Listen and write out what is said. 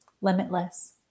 limitless